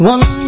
One